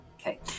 Okay